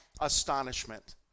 astonishment